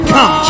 Come